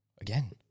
again